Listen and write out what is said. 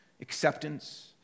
acceptance